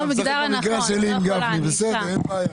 אנחנו רואים ששרת הכלכלה והתעשייה מעבירה כסף.